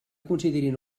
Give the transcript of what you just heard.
considerin